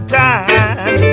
time